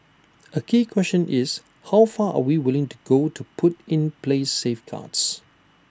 A key question is how far are we willing to go to put in place safeguards